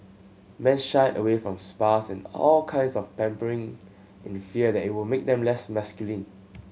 men shied away from spas and all kinds of pampering in fear that it would make them less masculine